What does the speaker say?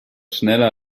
schneller